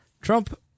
Trump